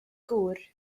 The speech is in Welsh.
gŵr